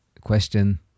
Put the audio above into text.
question